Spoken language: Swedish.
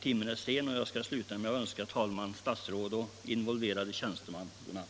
Timmen är sen och jag skall sluta med att önska talmannen, statsrådet och involverade tjänstemän god natt.